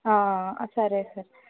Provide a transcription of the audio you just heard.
సరే సర్